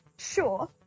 Sure